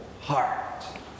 heart